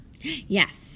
yes